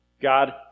God